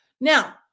Now